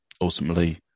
ultimately